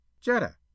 Jetta